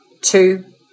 two